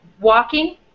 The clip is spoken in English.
walking